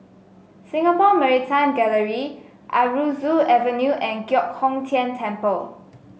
Singapore Maritime Gallery Aroozoo Avenue and Giok Hong Tian Temple